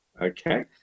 Okay